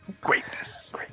greatness